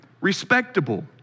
respectable